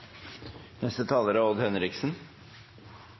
Neste taler er